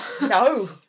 no